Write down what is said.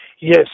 Yes